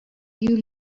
you